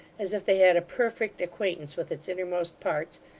as if they had a perfect acquaintance with its innermost parts,